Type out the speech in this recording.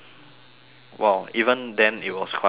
!wow! even then it was quite a lot of things